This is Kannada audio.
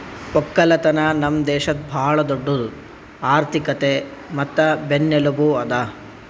ಒಕ್ಕಲತನ ನಮ್ ದೇಶದ್ ಭಾಳ ದೊಡ್ಡುದ್ ಆರ್ಥಿಕತೆ ಮತ್ತ ಬೆನ್ನೆಲುಬು ಅದಾ